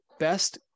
best